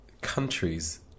countries